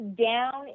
down